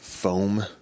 Foam